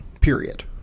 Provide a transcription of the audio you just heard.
period